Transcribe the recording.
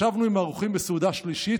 ישבנו עם האורחים לסעודה שלישית,